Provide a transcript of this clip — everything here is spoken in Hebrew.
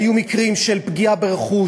היו מקרים של פגיעה ברכוש,